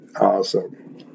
awesome